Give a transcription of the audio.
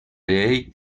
ell